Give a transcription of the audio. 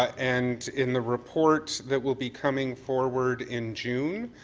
and in the report that will be coming forward in june,